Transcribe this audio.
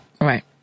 Right